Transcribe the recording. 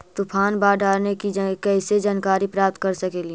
तूफान, बाढ़ आने की कैसे जानकारी प्राप्त कर सकेली?